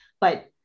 but-